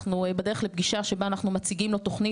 אנחנו בדרך לפגישה שבה אנחנו מציגים לו תוכנית